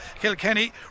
Kilkenny